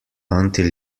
until